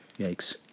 Yikes